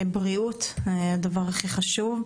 בריאות, זה הדבר הכי חשוב.